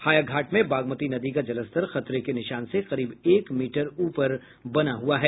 हायाघाट में बागमती नदी का जलस्तर खतरे के निशान से करीब एक मीटर ऊपर बना हुआ है